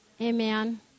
Amen